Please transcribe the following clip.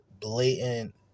blatant